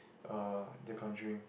uh The-Conjuring